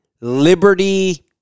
Liberty